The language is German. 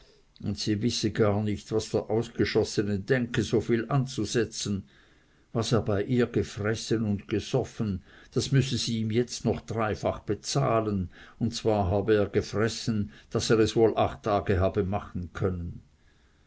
und sie wisse gar nicht was der ausgeschossene denke so viel anzusetzen was er bei ihr gefressen und gesoffen das müßte sie ihm jetzt noch dreifach bezahlen und zwar hab er g'fresse daß er es wohl acht tage habe machen können